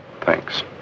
Thanks